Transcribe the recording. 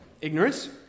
Ignorance